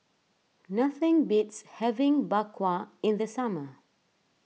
nothing beats having Bak Kwa in the summer